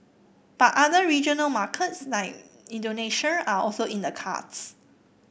but other regional markets like Indonesia are also in the cards